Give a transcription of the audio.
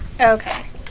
Okay